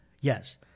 Yes